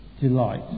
delight